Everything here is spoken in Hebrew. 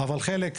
אבל חלק,